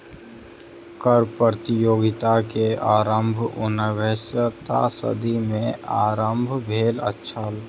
कर प्रतियोगिता के आरम्भ उन्नैसम सदी में आरम्भ भेल छल